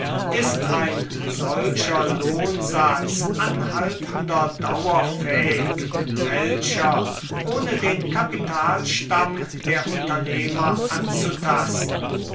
ist ein solcher lohnsatz anhaltender dauer fähig welcher ohne den kapitalstamm der unternehmer anzutasten